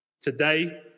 today